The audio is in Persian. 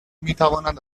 میتوانند